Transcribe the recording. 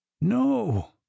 no